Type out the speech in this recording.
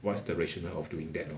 what's the rational of doing that lor